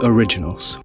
Originals